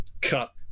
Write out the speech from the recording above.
cut